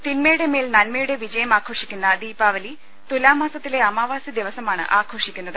തിന്മയുടെ മേൽ നന്മയുടെ വിജയം ആഘോഷിക്കുന്ന ദീപാവലി തുലാമാസത്തിലെ അമാവാസി ദിവസമാണ് ആഘോഷിക്കുന്നത്